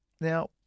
Now